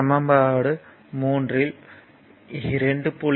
சமன்பாடு 3 இல் 2